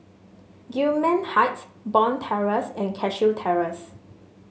Gillman Heights Bond Terrace and Cashew Terrace